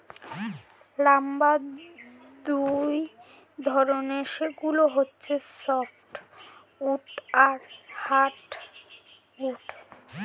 lumber দুই ধরনের, সেগুলো হচ্ছে সফ্ট উড আর হার্ড উড